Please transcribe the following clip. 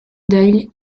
doyle